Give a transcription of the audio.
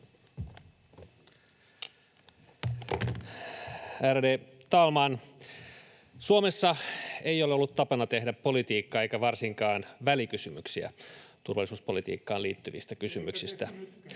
Ärade talman! Suomessa ei ole ollut tapana tehdä politiikkaa eikä varsinkaan välikysymyksiä turvallisuuspolitiikkaan liittyvistä kysymyksistä.